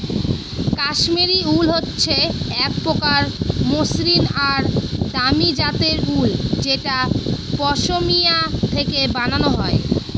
Kashmiri wool হচ্ছে এক প্রকার মসৃন আর দামি জাতের উল যেটা পশমিনা থেকে বানানো হয়